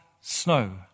snow